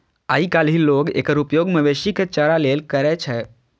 आइकाल्हि लोग एकर उपयोग मवेशी के चारा लेल करै छै